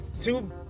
Two